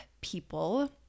people